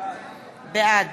בעד